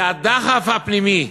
כי הדחף הפנימי,